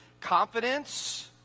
confidence